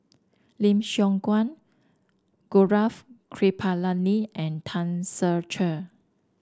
Lim Siong Guan Gaurav Kripalani and Tan Ser Cher